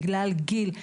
בגלל גיל,